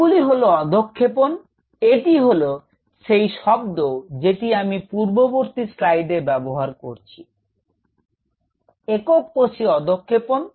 এগুলি হল অধঃক্ষেপণ এটি হল সেই শব্দ যেটি আমি পূর্ববর্তী স্লাইডে ব্যাবহার করেছি একক কোষীয় অধঃক্ষেপণ